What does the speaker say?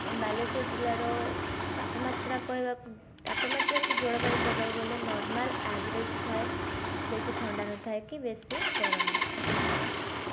ବାଲେଶ୍ୱର ଜିଲ୍ଲାର ତାପମାତ୍ରା କହିବାକୁ ତାପମାତ୍ରା କି ଜଳବାୟୁ କହିବାକୁ ଗଲେ ନର୍ମାଲ ଆଭରେଜ ଥାଏ ବେଶୀ ଥଣ୍ଡା ନଥାଏ କି ବେଶୀ ଗରମ ନଥାଏ ନର୍ମାଲ ଥାଏ